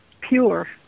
pure